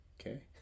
okay